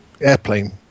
airplane